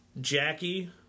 Jackie